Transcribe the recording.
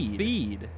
feed